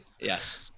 Yes